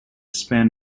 span